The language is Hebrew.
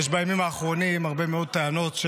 יש בימים האחרונים הרבה מאוד טענות,